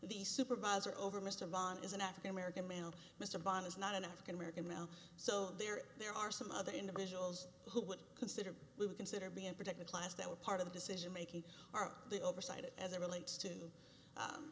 the supervisor over mr vaughan is an african american male mr bond is not an african american male so there there are some other individuals who would consider we consider being protected class that was part of the decision making are the oversight as it relates